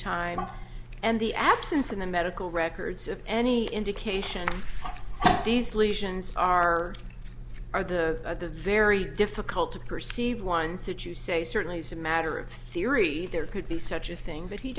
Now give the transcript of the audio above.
time and the absence in the medical records of any indication that these lesions are are the the very difficult to perceive ones to to say certainly is a matter of theory there could be such a thing but he